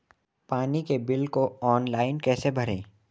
पानी के बिल को ऑनलाइन कैसे भरें?